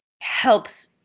helps